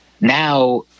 Now